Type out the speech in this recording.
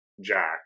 Jack